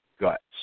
guts